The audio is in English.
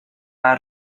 out